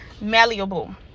malleable